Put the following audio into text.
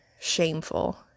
shameful